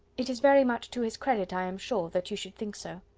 it is very much to his credit, i am sure, that you should think so.